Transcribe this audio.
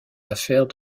affaires